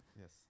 Yes